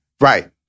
Right